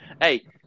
Hey